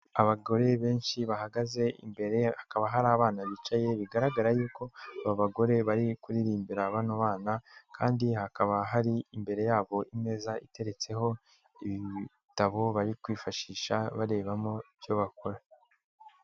Abagore benshi bahagaze imbere hakaba hari abana bicaye bigaragara y'uko, aba bagore bari kuririmbira bano bana kandi hakaba hari imbere yabo imeza iteretseho ibitabo bari kwifashisha barebamo ibyo bakora.